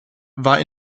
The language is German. war